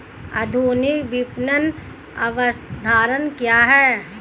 आधुनिक विपणन अवधारणा क्या है?